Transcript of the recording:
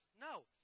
No